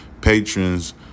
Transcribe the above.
patrons